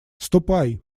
ступай